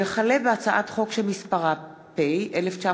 הצעת חוק ביטוח